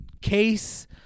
case